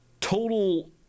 total